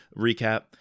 recap